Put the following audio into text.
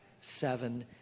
seven